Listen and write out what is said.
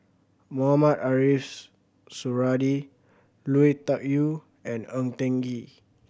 Mohamed Suradi Lui Tuck Yew and Ng Kee